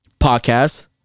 podcast